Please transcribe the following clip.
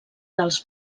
dels